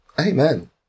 amen